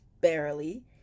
barely